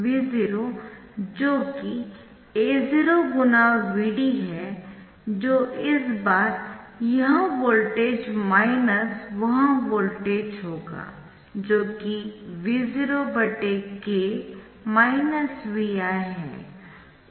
V0 जो कि A0 Vd है जो इस बार यह वोल्टेज माइनस वह वोल्टेज होगा जो कि V0k Vi है